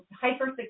hyper